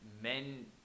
men